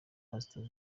pastor